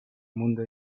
mundo